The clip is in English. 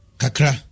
kakra